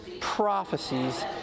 prophecies